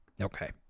okay